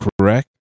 correct